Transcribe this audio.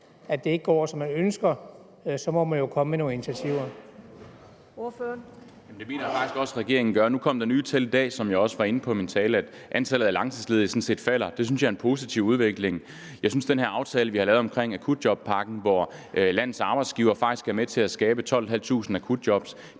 Klint): Ordføreren. Kl. 14:18 Jonas Dahl (SF): Det mener jeg faktisk også regeringen gør. Nu kom der nye tal i dag, som jeg også var inde på i min tale, der viser, at antallet af langtidsledige sådan set falder. Det synes jeg er en positiv udvikling. Jeg synes, den her aftale, vi har lavet om akutjobpakken, hvor landets arbejdsgivere faktisk er med til at skabe 12.500 akutjob,